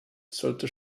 sollte